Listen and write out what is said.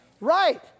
Right